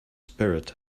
spirit